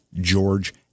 George